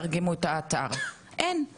לא הצלחתי להיכנס לשום אזור אישי,